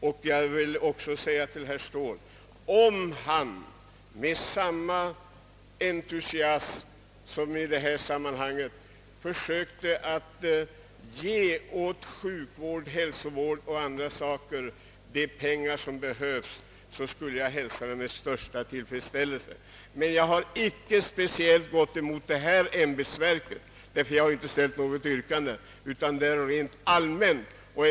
Om herr Ståhl med samma entusiasm som han visar i detta sammanhang försökte bidra till att sjukvård, hälsovård o.d. fick de anslag som behövs, skulle jag hälsa det med största tillfredsställelse. Jag har icke speciellt gått emot förslaget om ifrågavarande verk — jag har sålunda inte ställt något yrkande därom — utan jag har talat rent allmänt här.